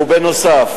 נוסף